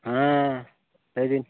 ᱦᱮᱸ ᱞᱟᱹᱭᱵᱤᱱ